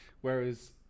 Whereas